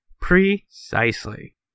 Precisely